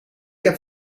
heb